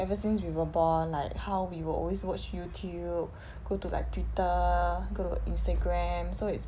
ever since we were born like how we will always watch Youtube go to like Twitter go to Instagram so it's